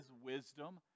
wisdom